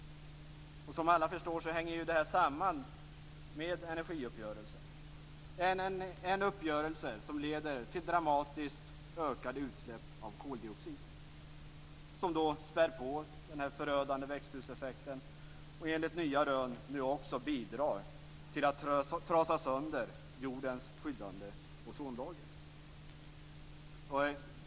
Som alla förstår hänger det här samman med energiuppgörelsen. Det är en uppgörelse som leder till dramatiskt ökade utsläpp av koldioxid. Detta späder på den förödande växthuseffekten och bidrar enligt nya rön också till att trasa sönder jordens skyddande ozonlager.